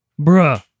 Bruh